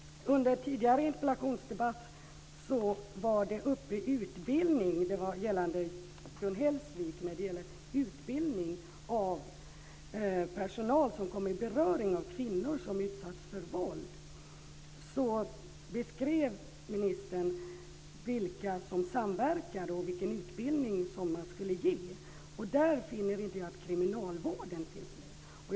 Hellsvik talades det om utbildning av personal som kommer i beröring med kvinnor som utsatts för våld. Ministern beskrev då vilka som samverkade och vilken utbildning man skulle ge. Där finner jag inte att kriminalvården finns med.